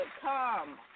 come